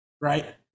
right